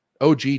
OG